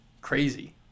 Crazy